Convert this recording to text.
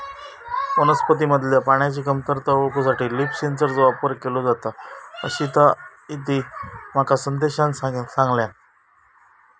वनस्पतींमधल्या पाण्याची कमतरता ओळखूसाठी लीफ सेन्सरचो वापर केलो जाता, अशीताहिती माका संदेशान सांगल्यान